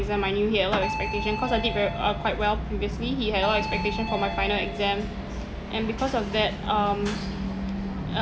exam I knew he had a lot of expectation cause I did ver~ uh quite well previously he had a lot of expectation for my final exam and because of that um